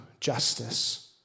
justice